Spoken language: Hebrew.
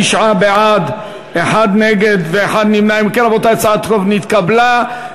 ההצעה להעביר את הצעת חוק-יסוד: נשיא המדינה (תיקון,